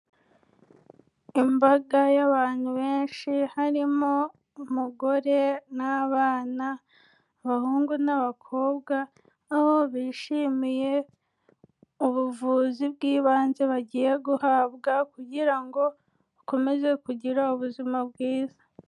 Imbaga y'abantu benshi hari umugore n'abana, abahungu n'abakobwa, aho bishimiye ubuvuzi bw'ibanze bagiye guhabwa, kugira ngo bakomeze kugira ubuzima bwiza.